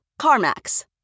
CarMax